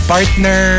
Partner